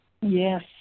Yes